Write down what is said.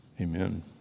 Amen